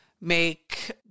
make